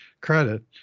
credit